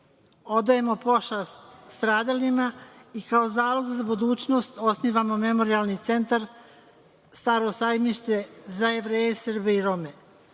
odajemo pošast stradalima i kao zalog za budućnost osnivamo Memorijalni centar „Staro sajmište“ za Jevreje, Srbe i Rome.